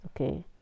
okay